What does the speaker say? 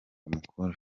mukuru